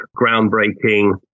groundbreaking